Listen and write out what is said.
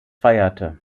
feierte